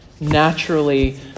naturally